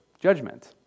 judgment